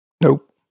Nope